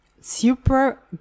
super